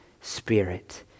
spirit